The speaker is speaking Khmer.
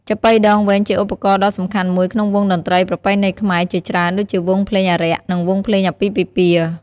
ចាប៉ីដងវែងជាឧបករណ៍ដ៏សំខាន់មួយក្នុងវង់តន្ត្រីប្រពៃណីខ្មែរជាច្រើនដូចជាវង់ភ្លេងអារក្ស និងវង់ភ្លេងអាពាហ៍ពិពាហ៍។